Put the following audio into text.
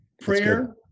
prayer